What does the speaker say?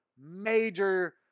major